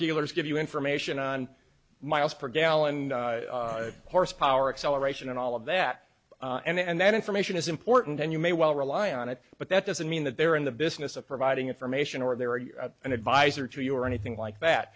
dealers give you information on mpg and horsepower acceleration and all of that and that information is important and you may well rely on it but that doesn't mean that they're in the business of providing information or they were an advisor to you or anything like that